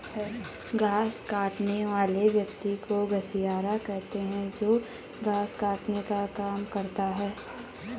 घास काटने वाले व्यक्ति को घसियारा कहते हैं जो घास काटने का काम करता है